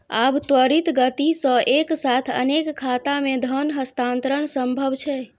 आब त्वरित गति सं एक साथ अनेक खाता मे धन हस्तांतरण संभव छै